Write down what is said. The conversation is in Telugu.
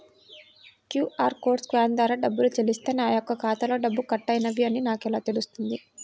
క్యూ.అర్ కోడ్ని స్కాన్ ద్వారా డబ్బులు చెల్లిస్తే నా యొక్క ఖాతాలో డబ్బులు కట్ అయినవి అని నాకు ఎలా తెలుస్తుంది?